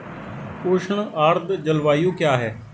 उष्ण आर्द्र जलवायु क्या है?